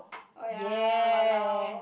oh ya !walao!